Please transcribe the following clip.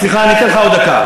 סליחה, אני אתן לך עוד דקה.